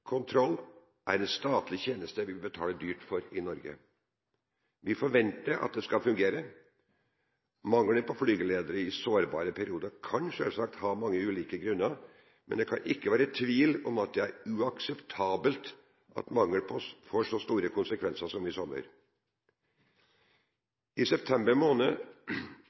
er en statlig tjeneste vi betaler dyrt for i Norge. Vi forventer at den skal fungere. Mangel på flygeledere i sårbare perioder kan selvsagt ha mange ulike grunner, men det kan ikke være tvil om at det er uakseptabelt at mangelen får så store konsekvenser som i sommer. I september måned